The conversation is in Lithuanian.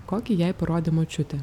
kokį jai parodė močiutė